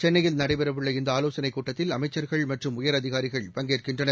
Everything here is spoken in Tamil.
சென்னையில் நடைபெறவுள்ள இந்தஆவோசனைக் கூட்டத்தில் அமைச்சர்கள் மற்றும் உயரதிகாரிகள் பங்கேற்கின்றனர்